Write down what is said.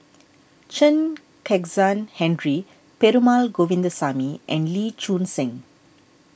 Chen Kezhan Henri Perumal Govindaswamy and Lee Choon Seng